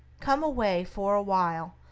come away, for awhile,